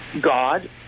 God